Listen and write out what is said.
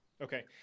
Okay